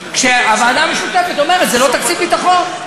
כשהוועדה המשותפת אומרת: זה לא תקציב ביטחון.